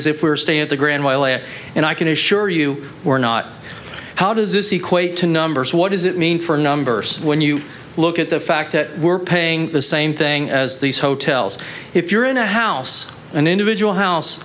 as if we're staying at the grand wailea and i can assure you we're not how does this equate to numbers what does it mean for numbers when you look at the fact that we're paying the same thing as these hotels if you're in a house an individual house